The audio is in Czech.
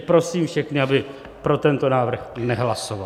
Prosím všechny, aby pro tento návrh nehlasovali.